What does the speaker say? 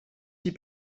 six